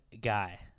guy